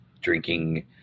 drinking